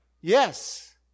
Yes